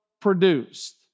produced